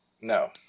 No